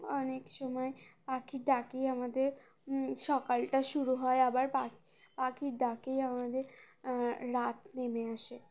অনেক সময় পাখির ডাকেই আমাদের সকালটা শুরু হয় আবার পাখি পাখির ডাকেই আমাদের রাত নেমে আসে